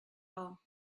all